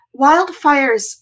Wildfires